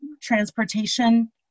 transportation